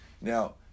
Now